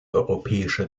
europäische